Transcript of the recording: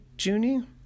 Junie